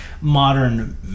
modern